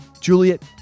Juliet